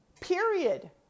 period